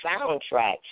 soundtrack